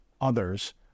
others